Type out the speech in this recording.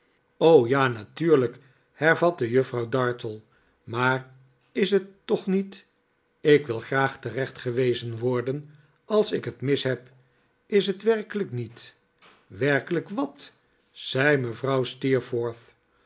ja natuurlijk hervatte juffrouw dartle maar is het toch niet ik wil graag terecht gewezen worden als ik het mis heb is het werkelijk niet werkelijk wat zei mevrouw